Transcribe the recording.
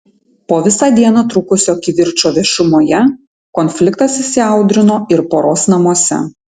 po visą dieną trukusio kivirčo viešumoje konfliktas įsiaudrino ir poros namuose